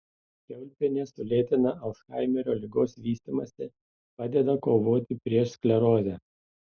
kiaulpienės sulėtina alzhaimerio ligos vystymąsi padeda kovoti prieš sklerozę